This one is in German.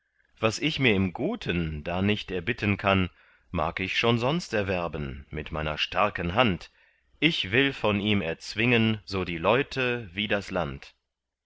was ich mir im guten da nicht erbitten kann mag ich schon sonst erwerben mit meiner starken hand ich will von ihm erzwingen so die leute wie das land